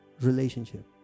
relationship